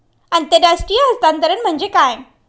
आंतरराष्ट्रीय हस्तांतरण म्हणजे काय?